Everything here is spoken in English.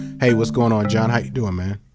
hey what's going on, john, how're you doing, man?